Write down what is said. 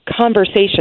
conversation